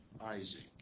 Isaac